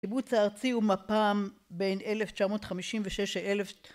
קיבוץ הארצי ומפם בין אלף תשע מאות חמישים ושש אלף